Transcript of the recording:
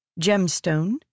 Gemstone